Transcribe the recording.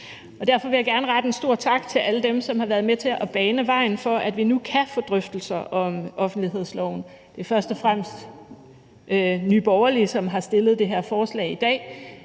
Jeg vil gerne rette en stor tak til alle dem, der har været med til at bane vejen for, at vi nu kan få en drøftelse om offentlighedsloven. Det skyldes først og fremmest Nye Borgerlige, der har fremsat det her forslag, og